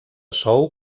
sou